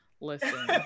listen